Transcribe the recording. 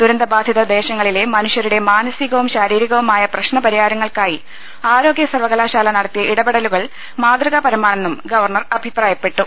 ദുരന്തബാധിത ദേശങ്ങളിലെ മനുഷ്യരുടെ മാനസികവും ശാരീരികവുമായ പ്രശ്നപരിഹാരങ്ങൾക്കായി ആരോഗ്യസർവ്വകലാശാല ന ടത്തിയ ഇടപെടലുകൾ മാതൃകാപരമാണെന്നും ഗവർണർ അഭിപ്രായപ്പെട്ടു